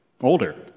Older